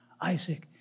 Isaac